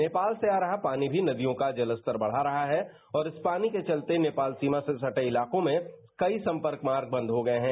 नेपाल से आ रहा पानी भी जलस्तर बढ़ा रहा है और इस पानी के चलते नेपाल से सटे इलाको में कई सम्पर्क मार्ग बंद हो गए हैं